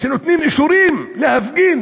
נותנים אישורים להפגין?